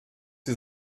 sie